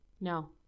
No